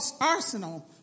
arsenal